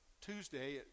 Tuesday